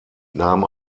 nahm